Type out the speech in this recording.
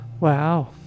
wow